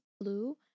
blue